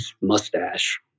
mustache